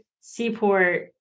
Seaport